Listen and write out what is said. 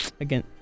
again